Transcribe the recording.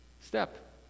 step